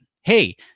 hey